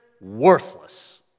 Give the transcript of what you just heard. worthless